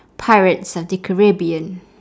pirates of the caribbean